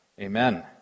Amen